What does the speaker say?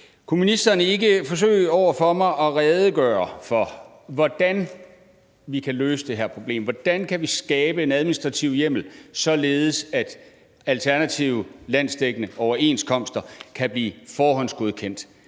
Kunne ministeren ikke over for mig forsøge at redegøre for, hvordan vi kan løse det her problem? Hvordan kan vi skabe en administrativ hjemmel, således at alternative landsdækkende overenskomster kan blive forhåndsgodkendt?